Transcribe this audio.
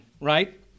right